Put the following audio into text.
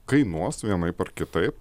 kainuos vienaip ar kitaip